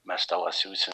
mes tau atsiųsim